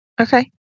Okay